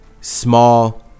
small